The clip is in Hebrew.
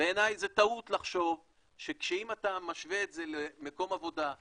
בעיניי זו טעות לחשוב שאם אתה משווה את זה למקום עבודה,